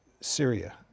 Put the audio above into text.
Syria